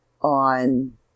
on